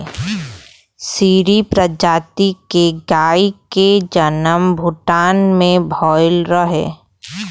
सीरी प्रजाति के गाई के जनम भूटान में भइल रहे